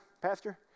pastor